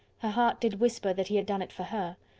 her heart did whisper that he had done it for her.